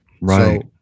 right